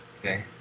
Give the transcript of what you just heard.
Okay